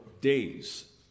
days